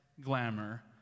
glamour